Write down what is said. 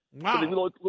Wow